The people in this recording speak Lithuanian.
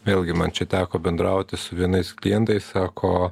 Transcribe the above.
vėlgi man čia teko bendrauti su vienais klientais sako